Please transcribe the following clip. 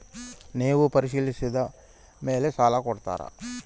ನೇವು ಪರಿಶೇಲಿಸಿದ ಮೇಲೆ ಸಾಲ ಕೊಡ್ತೇರಾ?